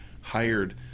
hired